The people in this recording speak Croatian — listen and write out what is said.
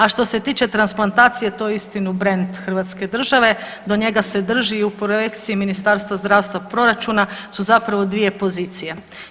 A što se tiče transplantacija to je uistinu brend hrvatske države, do njega se drži i u projekciji Ministarstva zdravstva proračuna su zapravo dvije pozicije.